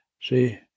See